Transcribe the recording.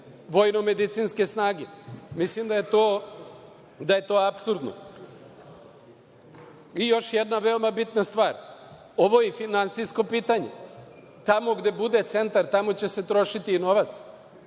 vojno-medicinske snage? Mislim da je to apsurdno. Još jedna veoma bitna stvar, a to je i finansijsko pitanje. Naime, tamo gde bude centar, tamo će se trošiti novac.